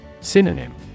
Synonym